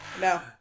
No